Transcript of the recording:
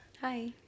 Hi